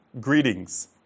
Greetings